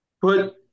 put